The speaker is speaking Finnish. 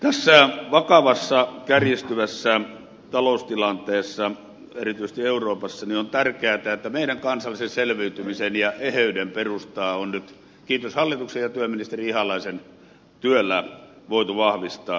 tässä vakavassa kärjistyvässä taloustilanteessa erityisesti euroopassa on tärkeätä että meidän kansallisen selviytymisen ja eheyden perustaa on nyt kiitos hallituksen ja työministeri ihalaisen työn voitu vahvistaa